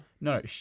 No